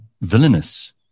villainous